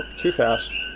too fast.